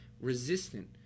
resistant